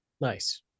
Nice